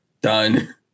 done